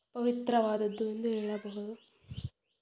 ಪವಿತ್ರವಾದದ್ದು ಎಂದು ಹೇಳಬಹುದು